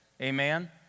Amen